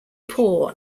poor